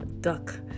duck